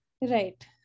Right